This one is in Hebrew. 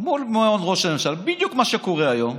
מול מעון ראש הממשלה, בדיוק כמו שקורה היום,